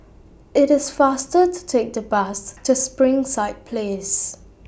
IT IS faster to Take The Bus to Springside Place